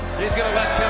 he's going back